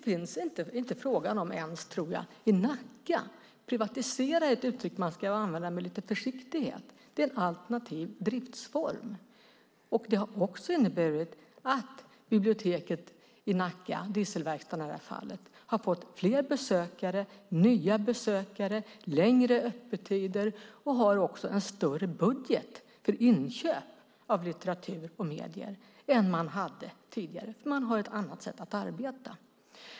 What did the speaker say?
Man ska använda uttrycket "att privatisera" med lite försiktighet. I Nacka handlar det om en alternativ driftsform. Det har inneburit att biblioteket i Nacka, Dieselverkstaden i det här fallet, har fått fler besök, nya besökare och längre öppettider. Man har också en större budget för inköp av litteratur och medier än man hade tidigare eftersom man har ett annat sätt att arbeta.